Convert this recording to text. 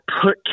put